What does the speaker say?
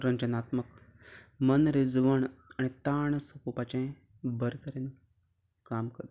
रंजनात्मक मनरिजवण आनी ताण सोंपोवपाचें बरें तरेन काम करता